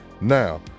Now